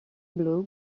blue